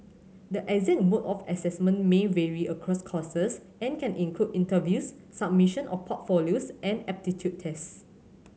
the exact mode of assessment may vary across courses and can include interviews submission of portfolios and aptitude test